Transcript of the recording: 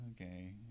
okay